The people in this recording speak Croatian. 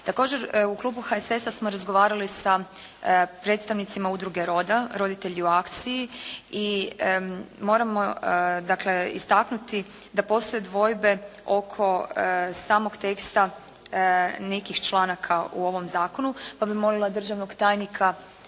Također, u klubu HSS-a smo razgovarali sa predstavnicima Udruge roda, roditelji u akciji i moramo dakle istaknuti da postoje dvojbe oko samog teksta nekih članaka u ovom zakonu, pa bi molila državnog tajnika